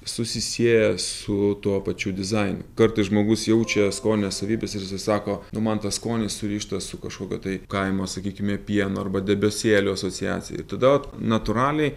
susisieja su tuo pačiu dizainu kartais žmogus jaučia skonio savybes ir jisai sako nu man tas skonis surištas su kažkokio tai kaimo sakykime pieno arba debesėlių asociacija ir tada vat natūraliai